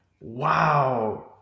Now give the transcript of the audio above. Wow